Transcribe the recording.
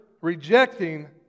rejecting